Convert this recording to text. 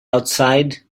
outside